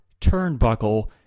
turnbuckle